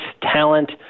talent